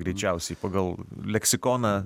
greičiausiai pagal leksikoną